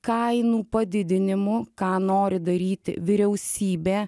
kainų padidinimu ką nori daryti vyriausybė